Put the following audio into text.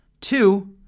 Two